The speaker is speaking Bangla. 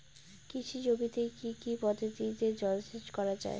কৃষি জমিতে কি কি পদ্ধতিতে জলসেচ করা য়ায়?